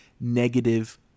negative